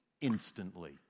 instantly